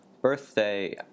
birthday